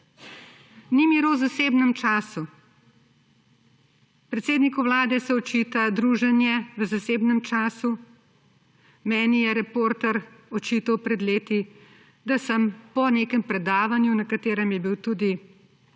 Ni miru v zasebnem času. Predsedniku Vlade se očita druženje v zasebnem času, meni je Reporter očital pred leti, da sem se po nekem predavanju, na katerem je bil tudi